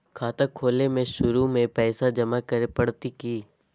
खाता खोले में शुरू में पैसो जमा करे पड़तई की?